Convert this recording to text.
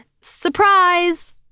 surprise